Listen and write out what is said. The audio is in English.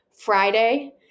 Friday